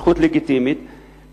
זכות לגיטימית,